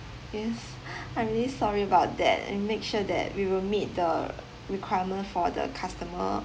miss I'm really sorry about that and make sure that we will meet the requirement for the customer